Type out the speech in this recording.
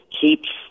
keeps